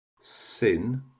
sin